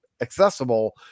accessible